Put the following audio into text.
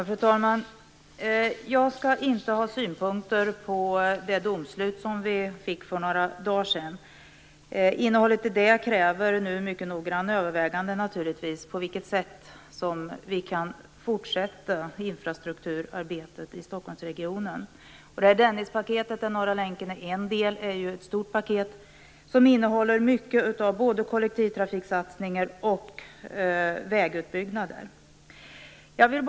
Fru talman! Jag skall inte ha synpunkter på det domslut vi fick för några dagar sedan. Innehållet i det kräver naturligtvis mycket noggranna överväganden när det gäller på vilket vi sätt vi kan fortsätta infrastrukturarbetet i Stockholmsregionen. Dennispaketet, där Norra länken är en del, är ju ett stort paket som innehåller mycket av både kollektivtrafiksatsningar och vägutbyggnader. Fru talman!